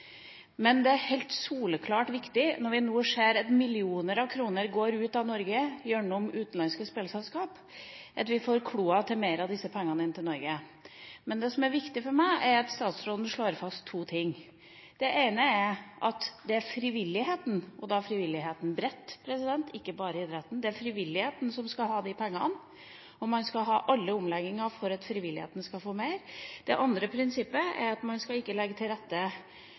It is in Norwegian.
Det er helt soleklart viktig, når vi nå ser at millioner av kroner går ut av Norge gjennom utenlandske spillselskap, at vi får kloa i mer av disse pengene – inn til Norge. Men det som er viktig for meg, er at statsråden slår fast to ting: Det ene er at det er frivilligheten – og da frivilligheten bredt sett, ikke bare idretten – som skal ha de pengene, og alle omlegginger skal være for at frivilligheten skal få mer. Det andre prinsippet er at man skal ikke legge til rette